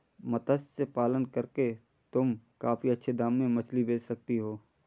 मत्स्य पालन करके तुम काफी अच्छे दाम में मछली बेच सकती हो